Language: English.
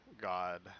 God